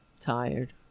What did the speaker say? tired